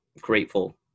grateful